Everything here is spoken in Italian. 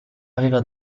aveva